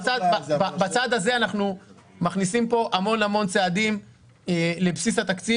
בצד הזה אנחנו מכניסים כאן המון צעדים לבסיס התקציב